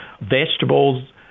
vegetables